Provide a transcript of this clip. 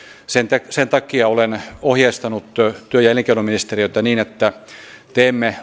sen sen takia olen ohjeistanut työ ja elinkeinoministeriötä niin että teemme